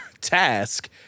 task